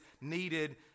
needed